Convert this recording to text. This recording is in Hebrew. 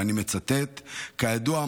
ואני מצטט: "כידוע,